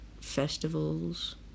festivals